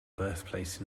birthplace